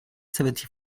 seventy